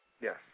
Yes